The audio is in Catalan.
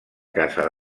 casa